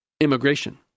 immigration